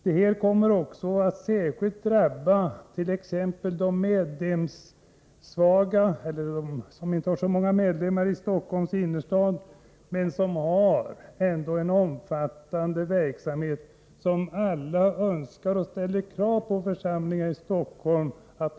Det kommer också att särskilt drabba de församlingar, t.ex. i Stockholms innerstad, som inte har så många medlemmar, men som ändå har en omfattande verksamhet. Denna verksamhet kräver alla att församlingen skall upprätthålla.